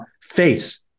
face